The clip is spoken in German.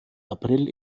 april